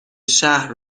شهر